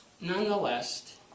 Nonetheless